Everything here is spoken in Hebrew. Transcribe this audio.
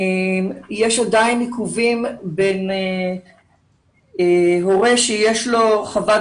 יש עדיין עיכובים בין הורה שיש לו חוות